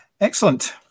Excellent